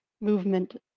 movement